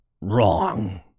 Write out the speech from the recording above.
wrong